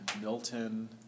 Milton